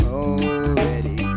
already